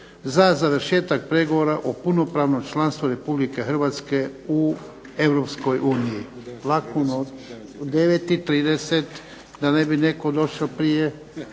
za završetak pregovora o punopravnom članstvu Republike Hrvatske u Europskoj uniji. U 9,30 da ne bi neko došao prije.